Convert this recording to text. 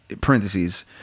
parentheses